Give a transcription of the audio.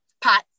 pot